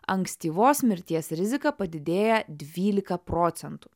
ankstyvos mirties rizika padidėja dvylika procentų